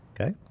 okay